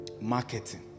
marketing